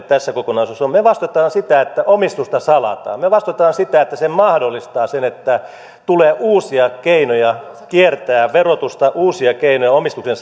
tässä kokonaisuudessa me vastustamme sitä että omistusta salataan me vastustamme sitä että se mahdollistaa sen että tulee uusia keinoja kiertää verotusta uusia keinoja omistuksen